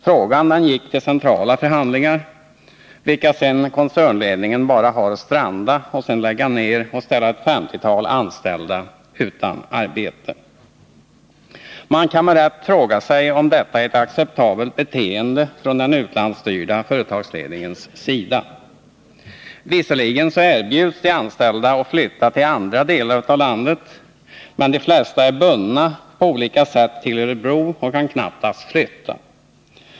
Frågan gick till centrala förhandlingar, vilka koncernledningen bara har att stranda och sedan lägga ned och ställa ett femtiotal anställda utan arbete. Man kan med rätta fråga sig om detta är ett acceptabelt beteen”e från den utlandsstyrda företagsledningens sida. Visserligen erbjuds de anställda att flytta till andra delar av landet, men de flesta är bundna på olika sätt till Örebro och kan knappast flytta.